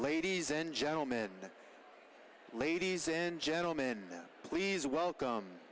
ladies and gentlemen ladies and gentlemen please welcome